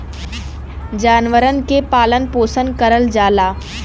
जानवरन के पालन पोसन करल जाला